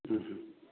ꯎꯝ ꯎꯝ